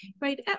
right